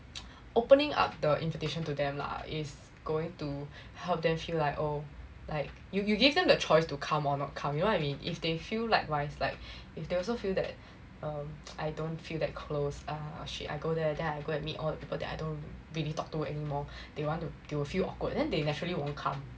opening up the invitation to them lah is going to help them feel like oh like you you give them the choice to come or not come you know what I mean if they feel likewise like if they also feel that I don't feel that close uh shit I go there then I go meet all the people that I don't really talk to anymore they want to they will feel awkward then they naturally won't come